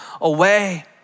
away